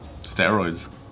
Steroids